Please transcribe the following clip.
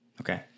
Okay